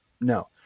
no